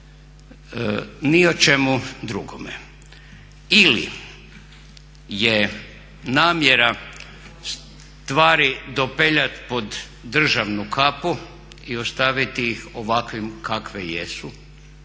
ni o čemu drugome. Ili je namjera stvari dopeljati pod državnu kapu i ostaviti ih ovakvim kakve jesu,